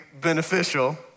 beneficial